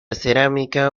cerámica